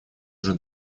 уже